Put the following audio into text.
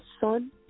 son